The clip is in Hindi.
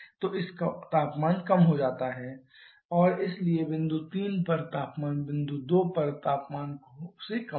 तो इसका तापमान कम हो जाता है और इसलिए बिंदु 3 पर तापमान बिंदु 2 पर तापमान से कम है